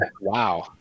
Wow